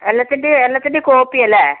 എല്ലാത്തിന്റേയും എല്ലാത്തിന്റേയും കോപ്പി അല്ലേ